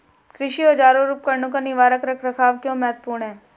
कृषि औजारों और उपकरणों का निवारक रख रखाव क्यों महत्वपूर्ण है?